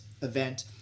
event